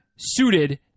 suited